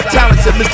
Talented